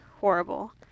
horrible